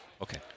Okay